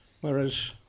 Whereas